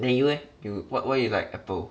then you leh you wh~ why you like Apple